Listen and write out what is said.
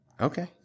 Okay